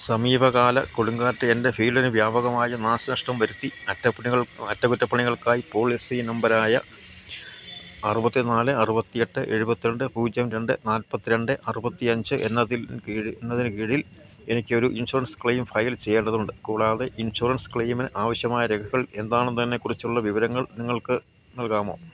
സമീപകാല കൊടുങ്കാറ്റ് എൻ്റെ ഫീൽഡിന് വ്യാപകമായ നാശനഷ്ടം വരുത്തി അറ്റപ്പണികൾ അറ്റകുറ്റപ്പണികൾക്കായി പോളിസി നമ്പറായ അറുപത്തി നാല് അറുപത്തിയെട്ട് എഴുപത്തിരണ്ട് പൂജ്യം രണ്ട് നൽപ്പതിരണ്ട് നാൽപ്പത്തി രണ്ട് അറുപത്തിയഞ്ച് എന്നതിൽ കീഴി എന്നതിന് കീഴിൽ എനിക്കൊരു ഇൻഷുറൻസ് ക്ലെയിം ഫയൽ ചെയ്യേണ്ടതുണ്ട് കൂടാതെ ഇൻഷുറൻസ് ക്ലെയിമിന് ആവിശ്യമായ രേഖകൾ എന്താണെന്നതിനെക്കുറിച്ചുള്ള വിവരങ്ങൾ നിങ്ങൾക്ക് നൽകാമോ